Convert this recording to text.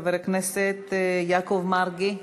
חבר הכנסת יעקב מרגי.